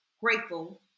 grateful